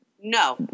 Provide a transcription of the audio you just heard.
No